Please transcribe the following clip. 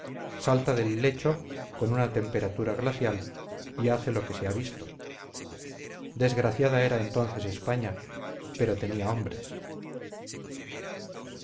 salta del lecho con una temperatura glacial y hace lo que se ha visto desgraciada era entonces españa pero tenía hombres